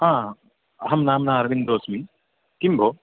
हा अहं नाम्ना अरविन्दोस्मि किं भो